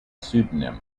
pseudonym